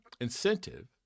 incentive